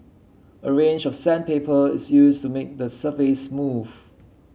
a range of sandpaper is used to make the surface smooth